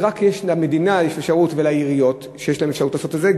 ויש אפשרות רק למדינה ולעיריות לעשות את זה.